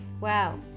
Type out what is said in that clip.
Wow